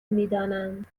میدانند